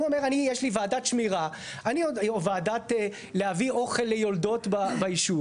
הוא אומר אני יש לי ועדת שמירה או ועדת להביא אוכל ליולדות בישוב.